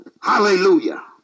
Hallelujah